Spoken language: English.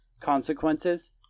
consequences